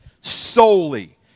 solely